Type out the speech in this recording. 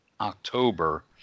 October